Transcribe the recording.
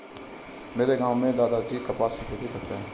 मेरे गांव में दादाजी कपास की खेती करते हैं